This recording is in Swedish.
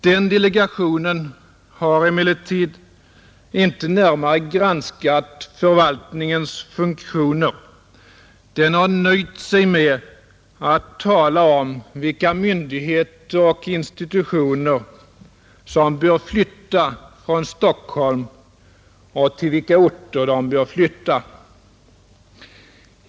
Denna delegation har emellertid inte närmare granskat förvaltningens funktioner; den har nöjt sig med att tala om vilka myndigheter och institutioner som bör flytta från Stockholm och till vilka orter de bör flytta.